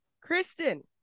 Kristen